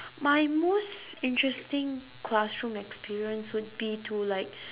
my most interesting classroom experience would be to like